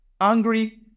angry